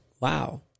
wow